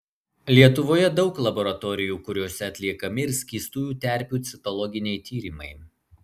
lietuvoje daug laboratorijų kuriose atliekami ir skystųjų terpių citologiniai tyrimai